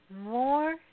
more